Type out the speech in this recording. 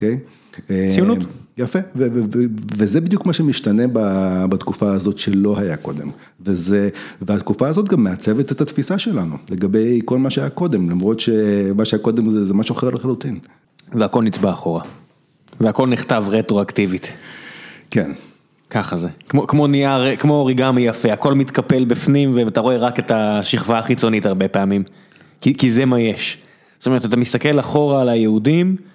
ציונות. יפה, וזה בדיוק מה שמשתנה בתקופה הזאת שלא היה קודם. והתקופה הזאת גם מעצבת את התפיסה שלנו לגבי כל מה שהיה קודם, למרות שמה שהיה קודם זה משהו אחר לחלוטין. והכל נצבע אחורה. והכל נכתב רטרואקטיבית. כן. ככה זה. כמו אוריגמי יפה, הכל מתקפל בפנים, ואתה רואה רק את השכבה החיצונית הרבה פעמים. כי זה מה יש. זאת אומרת, אתה מסתכל אחורה על היהודים.